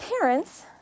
parents